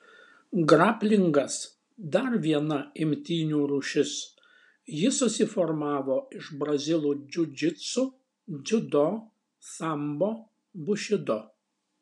graplingas dar viena imtynių rūšis ji susiformavo iš brazilų džiudžitsu dziudo sambo bušido